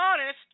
honest